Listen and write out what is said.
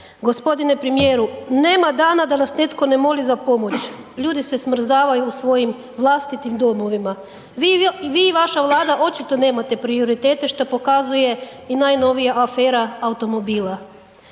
g. premijeru nema dana da nas netko ne moli za pomoć, ljudi se smrzavaju u svojim vlastitim domovima, vi i vaša Vlada očito nemate prioritete što pokazuje i najnovija afera automobila,